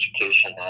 education